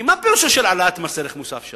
כי מה פירושה של הורדת מס ערך מוסף?